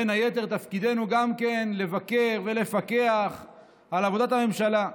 תפקידנו בין היתר הוא גם לבקר ולפקח על עבודת הממשלה.